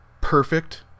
perfect